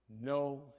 No